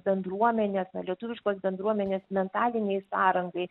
bendruomenės na lietuviškos bendruomenės mentalinei sąrangai